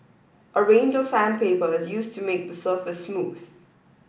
a range of sandpaper is used to make the surface smooth